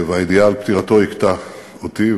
והידיעה על פטירתו הכתה אותי,